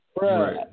Right